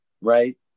right